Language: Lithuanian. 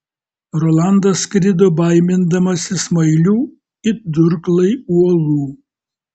rolandas skrido baimindamasis smailių it durklai uolų